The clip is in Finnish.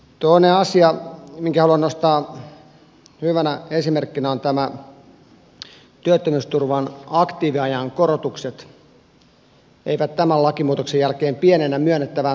toinen asia minkä haluan nostaa hyvänä esimerkkinä on tämä että työttömyysturvan aktiiviajan korotukset eivät tämän lakimuutoksen jälkeen pienennä myönnettävää toimeentulotukea